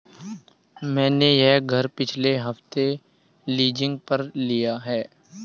मैंने यह घर पिछले हफ्ते लीजिंग पर लिया है